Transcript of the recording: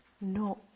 No